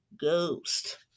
Ghost